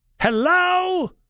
Hello